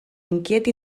inquiet